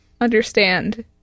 understand